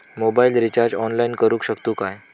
Mobile recharge online करुक शकतू काय?